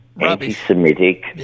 anti-Semitic